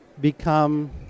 become